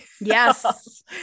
Yes